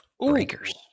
breakers